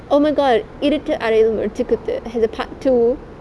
oh my god Iruttu Araiyil Murattu Kuthu இது:iruttu araiyil murattu kuttu ithu part two